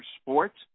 Sports